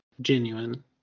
Genuine